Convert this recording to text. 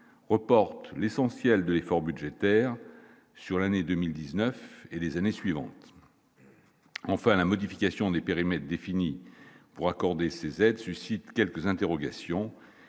reporte l'essentiel de l'effort budgétaire sur l'année 2019, et les années suivantes, enfin la modification des périmètres définis pour accorder ces aides suscite quelques interrogations